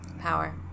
power